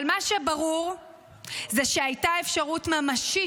אבל מה שברור זה שהייתה אפשרות ממשית